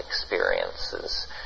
experiences